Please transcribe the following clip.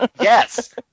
yes